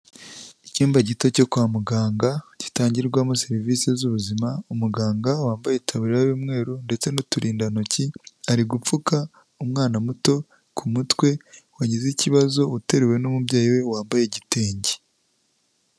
Icyumba gito cyo kwa muganga gitangirwamo serivisi z'ubuzima, umuganga wambaye itaburiro y'umweru ndetse n'uturindantoki ari gupfuka umwana muto ku mutwe wagize ikibazo uteruwe n'umubyeyi we wambaye igitenge.